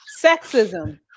sexism